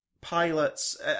pilots